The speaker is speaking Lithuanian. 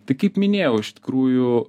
tai kaip minėjau iš tikrųjų